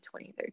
2013